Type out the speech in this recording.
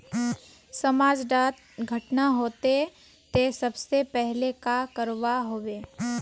समाज डात घटना होते ते सबसे पहले का करवा होबे?